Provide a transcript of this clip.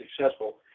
successful